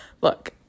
Look